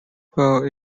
for